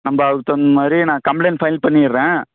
நம்ம அதுக்கு தகுந்த மாதிரி நான் கம்ப்ளைண்ட் ஃபைல் பண்ணிடுறேன்